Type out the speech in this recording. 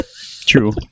true